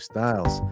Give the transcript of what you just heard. Styles